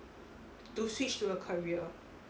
to switch to a career